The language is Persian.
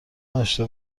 نداشته